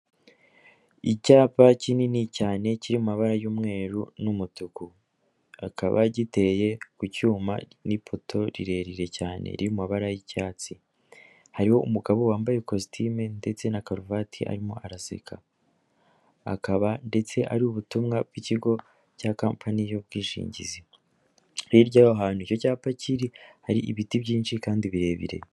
Icyapa kinini cyane kiri mu mabara y'umweru n'umutuku, akaba giteye ku cyuma n'ipoto rirerire cyane riri mu mabara y'icyatsi. Hariho umugabo wambaye kositimu ndetse na karuvati arimo araseka. Akaba ndetse ari ubutumwa bw'ikigo cya kampani y'ubwishingizi. Hirya y'aho hantu icyo cyapa kiri hari ibiti byinshi kandi birebire.